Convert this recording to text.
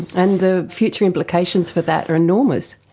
and the future implications for that are enormous.